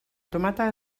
tomata